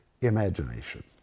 imagination